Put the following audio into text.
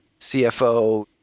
CFO